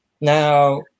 Now